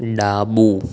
ડાબું